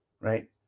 right